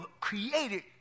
created